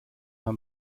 herr